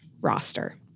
roster